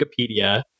Wikipedia